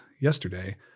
yesterday